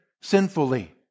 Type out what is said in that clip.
sinfully